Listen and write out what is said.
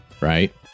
right